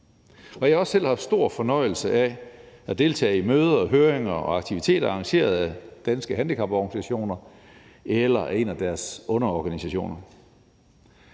Jeg har også selv haft stor fornøjelse af at deltage i møder, høringer og aktiviteter arrangeret af Danske Handicaporganisationer eller af en af deres underorganisationer.